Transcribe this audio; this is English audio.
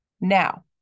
Now